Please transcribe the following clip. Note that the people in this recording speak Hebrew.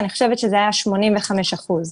אני חושבת שאלה היו 85 אחוזים.